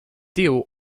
deal